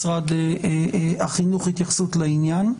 משרד החינוך התייחסות לעניין.